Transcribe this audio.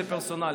זה פרסונלי"?